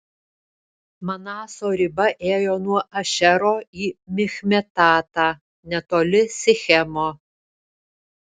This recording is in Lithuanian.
manaso riba ėjo nuo ašero į michmetatą netoli sichemo